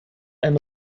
ein